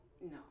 No